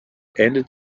endet